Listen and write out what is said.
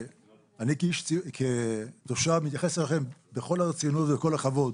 אני כתושב מתייחס אליכם בכל הרצינות ובכל הכבוד.